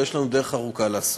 ויש לנו דרך ארוכה לעשות.